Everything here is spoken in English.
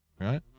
right